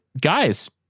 guys